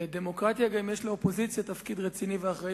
בדמוקרטיה יש גם לאופוזיציה תפקיד רציני ואחראי,